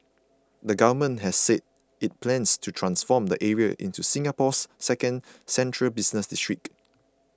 the Government has said it plans to transform the area into Singapore's second central business district